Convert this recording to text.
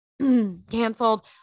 canceled